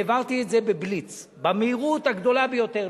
העברתי את זה בבליץ, במהירות הגדולה ביותר.